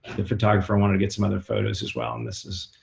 the photographer wanted to get some other photos, as well. and this is,